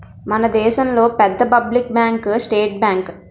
మన దేశంలో పెద్ద పబ్లిక్ బ్యాంకు స్టేట్ బ్యాంకు